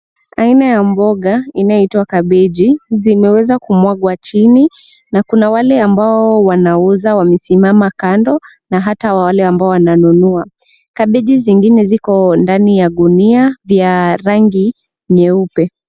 Aina ya mboga inayoitwa kabeji zimeweza kumwagwa chini na kuna wale ambao wanauza wamesimama kando na hata wale wananunua. Kabeji zingine ziko ndani ya gunia vya rangi nyeupe.